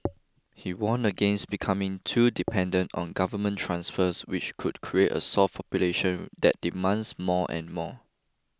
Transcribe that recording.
he warned against becoming too dependent on government transfers which would create a soft population that demands more and more